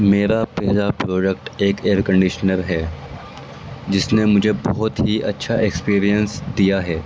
میرا پہلا پروڈکٹ ایک ایئر کنڈیشنر ہے جس نے مجھے بہت ہی اچھا ایکسپریئنس دیا ہے